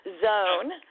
zone